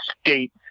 state